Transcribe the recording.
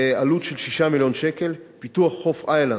בעלות של 6 מיליון שקל, פיתוח חוף "איילנד"